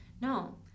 No